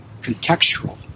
contextual